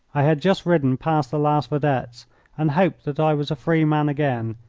i had just ridden past the last vedettes and hoped that i was a free man again,